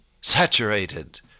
Saturated